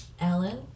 Ellen